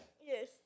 Yes